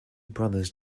brothers